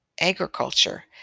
agriculture